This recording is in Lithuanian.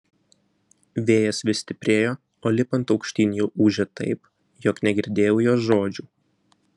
vėjas vis stiprėjo o lipant aukštyn jau ūžė taip jog negirdėjau jos žodžių